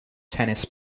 tennis